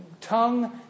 tongue